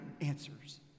answers